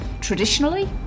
traditionally